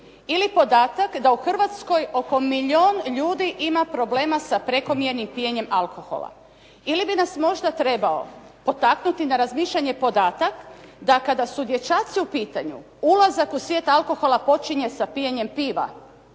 ili podatak da u Hrvatskoj oko milijun ljudi ima problema sa prekomjernim pijenjem alkohola. Ili bi nas možda trebao potaknuti na razmišljanja podatak da kada su dječaci u pitanju, ulazak u svijet alkohola počinje sa pijenjem piva,